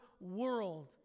world